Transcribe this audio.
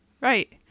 right